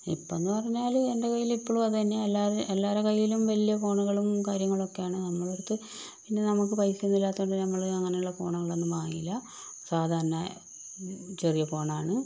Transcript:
ഇപ്പം എന്ന് പറഞ്ഞാൽ എന്റെ കൈയിൽ ഇപ്പൊളും അത് തന്നെയാണ് എല്ലാ എല്ലാര കൈയിലും വലിയ ഫോണുകളും കാര്യങ്ങളും ഒക്കെയാണ് നമ്മളുടെ അടുത്ത് പിന്നെ നമുക്ക് പൈസയൊന്നും ഇല്ലാത്തതുകൊണ്ട് നമ്മൾ അങ്ങനെയുള്ള ഫോണുകളൊന്നും വാങ്ങിയില്ല സാധാരണ ചെറിയ ഫോൺ ആണ്